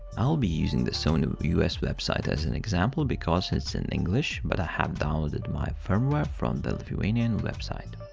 i'll be using the sony us website as an example because it's in english, but i have downloaded my firmware from the lithuanian website.